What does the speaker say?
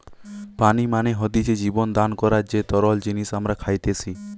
পানি মানে হতিছে জীবন দান করার যে তরল জিনিস আমরা খাইতেসি